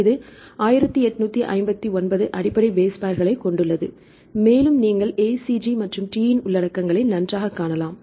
இது 1859 அடிப்படை பேஸ் பேர்களை கொண்டுள்ளது மேலும் நீங்கள் ACG மற்றும் T இன் உள்ளடக்கங்களை நன்றாகக் காணலாம்